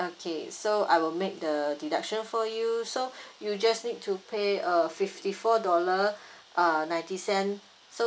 okay so I will make the deduction for you so you'll just need to pay uh fifty four dollar uh ninety cent